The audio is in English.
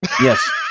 Yes